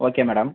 okay madam